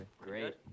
great